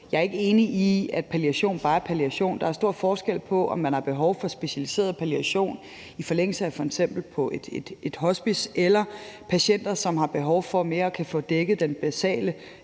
Jeg er ikke enig i, at palliation bare er palliation. Der er stor forskel på, om man har behov for specialiseret palliation i forlængelse af f.eks. et ophold på et hospice, eller om der er tale om patienter, som mere har behov for at kunne få dækket den basale